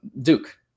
Duke